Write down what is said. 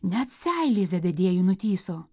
net seilė zebediejui nutįso